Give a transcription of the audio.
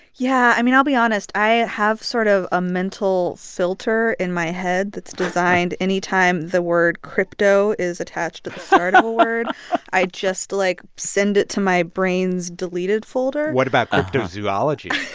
yeah. i mean, i'll be honest, i have sort of a mental filter in my head that's designed anytime the word crypto is attached to the start of a word i just, like, send it to my brain's deleted folder what about cryptozoology?